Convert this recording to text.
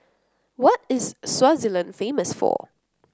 what is Swaziland famous for